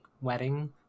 wedding